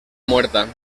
muerta